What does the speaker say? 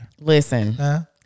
listen